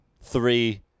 three